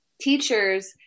teachers